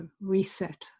reset